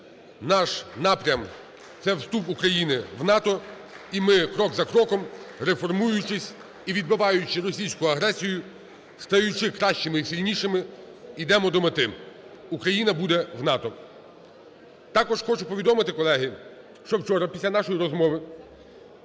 Наш напрям – це вступ України в НАТО, і ми крок за кроком, реформуючись і відбиваючи російську агресію, стаючи кращими і сильнішими, йдемо до мети. Україна буде в НАТО. Також хочу повідомити, колеги, що вчора, після нашої розмови